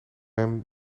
hem